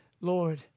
Lord